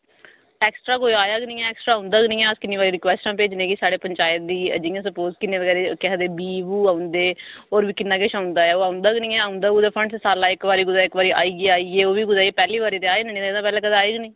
extra कोई आया गै नी एक्स्ट्रा कोई औंदा के नी ऐ अस्स किन्नी बारी रिक्वेस्टां भेजने आं भाई साहड़ी पंचायत दी जि'यां सप्पोस किन्नी बारी के आखदे बी बो औंदे और बी किन्ना किश औंदा ऐ ओह् औंदा गै नी ऐ औंदा फंडस कुतै फंडस साला दा एक बारी कुते एक बारी आई गेआ आई गे कुते एह् पैहली बारी ते आए न नेई ते एह्दे पैहलें कदें आए गै नी